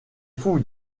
fous